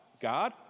God